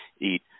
eat